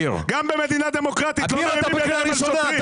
גם במדינה דמוקרטית לא מרימים יד על שוטרים.